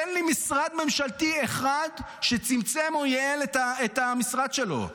תן לי משרד ממשלתי אחד שצמצם או ייעל את המשרד שלו.